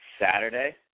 Saturday